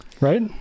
Right